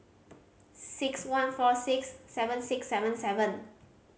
six one four six seven six seven seven